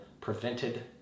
prevented